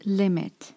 limit